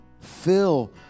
Fill